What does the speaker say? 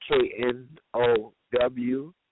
K-N-O-W